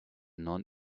non